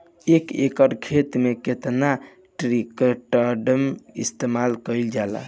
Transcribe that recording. एक एकड़ खेत में कितना ट्राइकोडर्मा इस्तेमाल कईल जाला?